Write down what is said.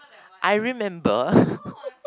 I remember